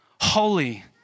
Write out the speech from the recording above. holy